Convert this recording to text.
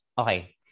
okay